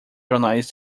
jornais